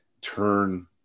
turn